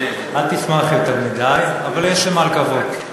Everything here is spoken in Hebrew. אל תשמח יותר מדי, אבל יש למה לקוות.